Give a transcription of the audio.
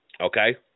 okay